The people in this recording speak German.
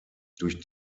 durch